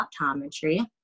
optometry